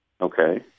Okay